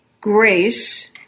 grace